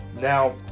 now